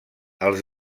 els